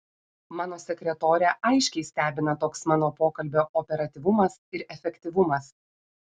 mano sekretorę aiškiai stebina toks mano pokalbio operatyvumas ir efektyvumas